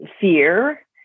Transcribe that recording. fear